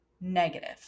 negative